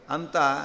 Anta